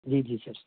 ਜੀ ਜੀ ਸਰ